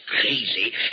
crazy